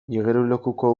igerilekuko